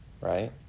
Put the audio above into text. right